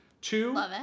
Two